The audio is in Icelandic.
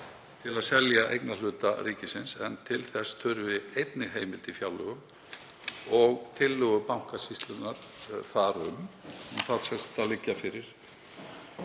til að selja eignarhluta ríkisins en til þess þurfi einnig heimild í fjárlögum og tillögur Bankasýslunnar þar um þurfi að liggja fyrir.